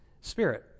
spirit